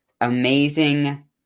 amazing